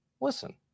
Listen